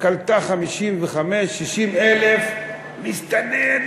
הייתה קולטת 55,000 60,000 מסתננים,